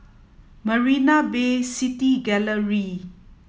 Marina Bay City Gallery